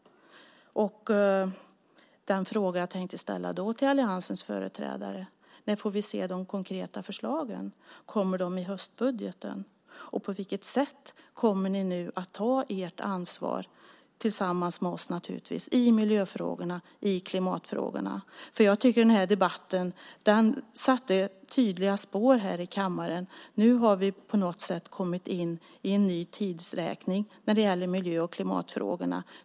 Jag vill ställa en fråga till alliansens företrädare. När får vi se de konkreta förslagen? Kommer de i höstbudgeten? På vilket sätt kommer ni nu att ta ert ansvar tillsammans med oss i miljöfrågorna och i klimatfrågorna? Debatten har satt tydliga spår här i kammaren. Nu har vi på något sätt kommit in i en ny tidräkning när det gäller miljö och klimatfrågorna.